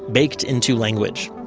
baked into language.